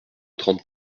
trente